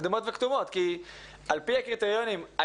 אדומות וכתומות כי על פי הקריטריונים של משרד הבריאות,